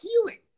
healing